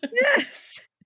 yes